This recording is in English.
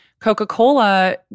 Coca-Cola